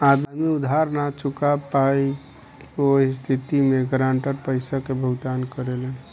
आदमी उधार ना चूका पायी ओह स्थिति में गारंटर पइसा के भुगतान करेलन